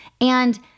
And-